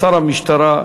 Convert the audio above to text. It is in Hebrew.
שר המשטרה,